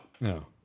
No